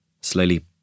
Slowly